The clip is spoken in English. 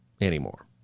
anymore